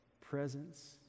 presence